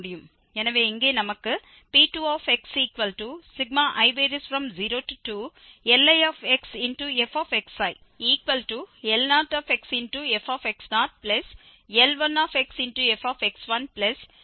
எனவே இங்கே நமக்கு P2xi02LixfL0xfx0L1xfx1L2xf கிடைக்கிறது